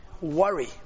Worry